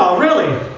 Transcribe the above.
ah really?